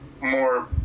more